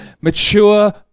mature